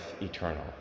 eternal